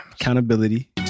Accountability